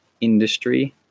industry